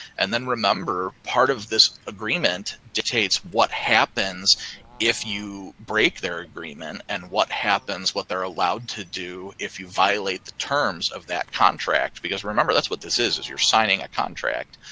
and then remember part of this agreement dictates what happens if you break their agreement and what happens what they're allowed to do if you violate the terms of that contract, because remember that's what this is is you're signing a contract.